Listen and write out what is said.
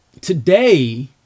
today